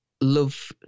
love